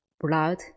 blood